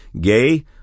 gay